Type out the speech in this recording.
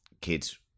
kids